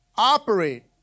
operate